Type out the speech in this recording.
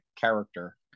character